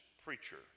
preacher